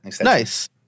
Nice